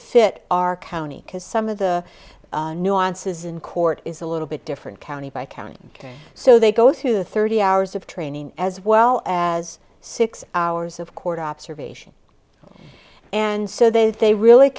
fit our county because some of the nuances in court is a little bit different county by county so they go through the thirty hours of training as well as six hours of court observation and so that they really